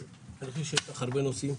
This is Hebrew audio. אז אני יודע שיש לך הרבה נושאים.